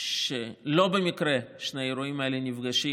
שלא במקרה שני האירועים האלה נפגשים,